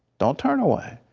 don't turn away,